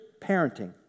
parenting